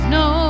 no